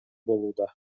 болууда